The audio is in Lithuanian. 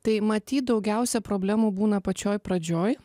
tai matyt daugiausia problemų būna pačioj pradžioj